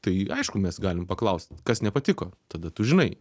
tai aišku mes galim paklaust kas nepatiko tada tu žinai